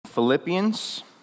Philippians